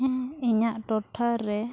ᱦᱮᱸ ᱤᱧᱟᱹᱜ ᱴᱚᱴᱷᱟ ᱨᱮ